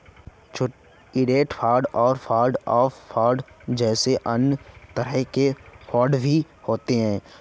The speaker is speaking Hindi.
इंडेक्स फंड और फंड ऑफ फंड जैसे अन्य तरह के फण्ड भी हैं